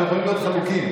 אנחנו יכולים להיות חלוקים,